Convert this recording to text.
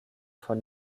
von